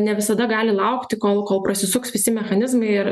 ne visada gali laukti kol kol prasisuks visi mechanizmai ir